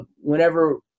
whenever